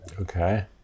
Okay